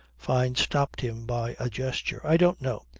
fyne stopped him by a gesture. i don't know.